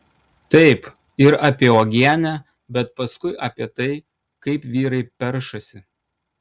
taip ir apie uogienę bet paskui apie tai kaip vyrai peršasi